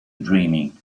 dreaming